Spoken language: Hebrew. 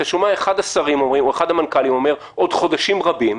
אתה שומע את אחד השרים או אחד המנכ"לים אומר: עוד חודשים רבים.